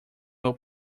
meu